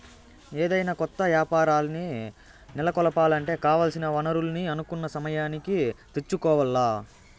ఏదైనా కొత్త యాపారాల్ని నెలకొలపాలంటే కావాల్సిన వనరుల్ని అనుకున్న సమయానికి తెచ్చుకోవాల్ల